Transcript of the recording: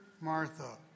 Martha